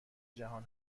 جهان